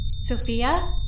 Sophia